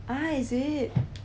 ah is it